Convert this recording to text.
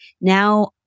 now